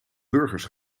burgers